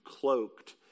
cloaked